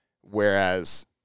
whereas